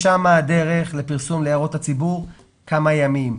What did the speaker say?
משם הדרך לפרסום להערות הציבור, כמה ימים.